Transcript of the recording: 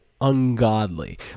ungodly